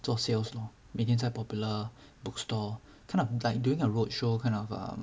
做 sales lor 每天在 Popular bookstore kind of like doing a roadshow kind of err